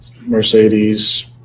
Mercedes